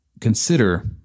consider